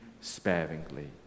sparingly